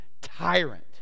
tyrant